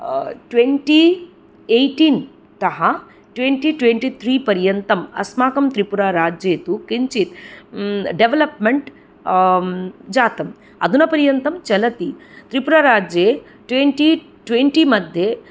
twenty eighteen तः twenty twenty three पर्यन्तम् अस्माकं त्रिपुराराज्ये तु किञ्चिद् डेवलप्मेन्ट् जातम् अधुनापर्यन्तं चलति त्रिपुराराज्ये ट्वेण्टि ट्वेण्टि मध्ये